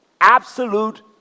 absolute